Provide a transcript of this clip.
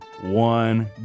one